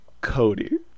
Cody